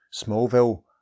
Smallville